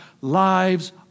lives